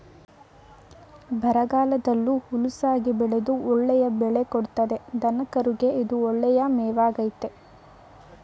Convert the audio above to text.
ಬರಗಾಲದಲ್ಲೂ ಹುಲುಸಾಗಿ ಬೆಳೆದು ಒಳ್ಳೆಯ ಬೆಳೆ ಕೊಡ್ತದೆ ದನಕರುಗೆ ಇದು ಒಳ್ಳೆಯ ಮೇವಾಗಾಯ್ತೆ